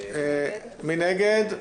מי נגד?